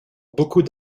beaucoup